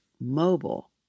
mobile